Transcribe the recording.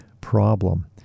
problem